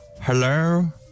Hello